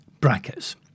brackets